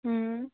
હુમ